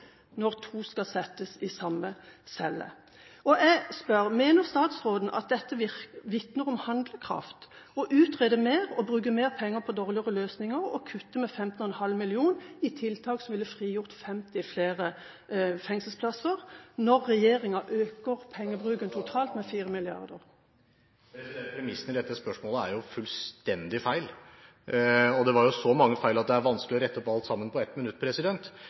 når to skal settes i samme celle. Jeg spør: Mener statsråden at det vitner om handlekraft å utrede mer og bruke mer penger på dårligere løsninger og kutte med 15,5 mill. kr i tiltak som ville frigjort 50 flere fengselsplasser, når regjeringen øker pengebruken totalt med 4 mrd. kr? Premissene i dette spørsmålet er fullstendig feil. Det var så mange feil at det er vanskelig å rette opp alt sammen på ett minutt.